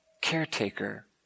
caretaker